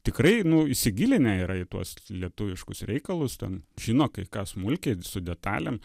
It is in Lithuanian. tikrai nu įsigilinę yra į tuos lietuviškus reikalus ten žino kai ką smulkiai su detalėm